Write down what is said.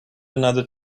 another